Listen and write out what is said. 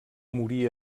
morí